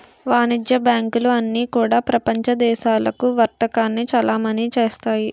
వాణిజ్య బ్యాంకులు అన్నీ కూడా ప్రపంచ దేశాలకు వర్తకాన్ని చలామణి చేస్తాయి